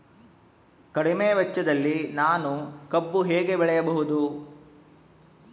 ಕಡಿಮೆ ವೆಚ್ಚದಲ್ಲಿ ನಾನು ಕಬ್ಬು ಹೇಗೆ ಬೆಳೆಯಬಹುದು?